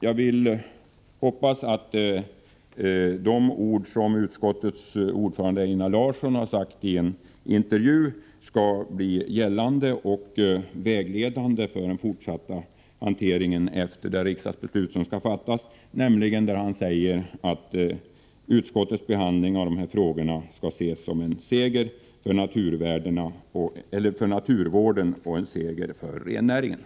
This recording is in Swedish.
Jag hoppas att de ord som utskottets ordförande Einar Larsson uttalade i en intervju — där han säger att utskottets behandling av dessa frågor skall ses som en seger för naturvården och en seger för rennäringen — skall bli gällande och vägledande för den fortsatta hanteringen efter det riksdagsbeslut som strax skall fattas.